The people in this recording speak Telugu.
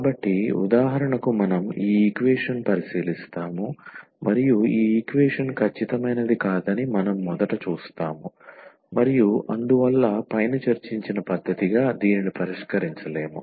కాబట్టి ఉదాహరణకు మనం ఈ ఈక్వేషన్ పరిశీలిస్తాము మరియు ఈ ఈక్వేషన్ ఖచ్చితమైనది కాదని మనం మొదట చూస్తాము మరియు అందువల్ల పైన చర్చించిన పద్ధతిగా దీనిని పరిష్కరించలేము